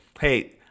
hey